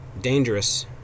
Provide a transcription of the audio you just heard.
dangerous